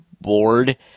bored